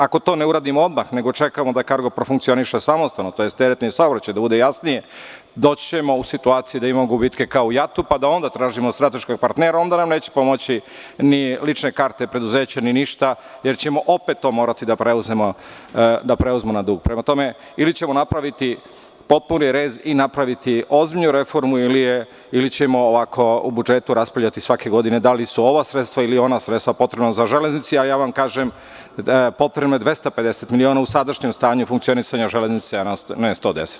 Ako to ne uradimo odmah, nego čekamo da kargo profunkcioniše samostalno tj. teretni saobraćaj, da bude jasnije, doći ćemo u situaciju da imamo gubitke kao u JAT-u i onda tražimo strateške partnere i onda nam neće pomoći ni lične karte preduzeća, ni ništa jer ćemo opet to morati da preuzmemo na dug ili ćemo napraviti potpuni rez i napraviti ozbiljnu reformu ili ćemo ovako u budžetu raspravljati svake godine – da li su ova sredstva ili ona potrebna železnici, a ja vam kažem da je potrebno 250 miliona u sadašnjem stanju funkcionisanja železnice, a ne 110.